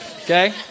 okay